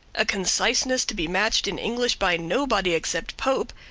a conciseness to be matched in english by nobody except pope,